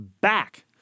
back